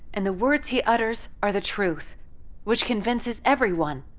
and the words he utters are the truth which convinces everyone.